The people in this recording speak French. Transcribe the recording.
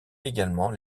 également